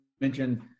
mentioned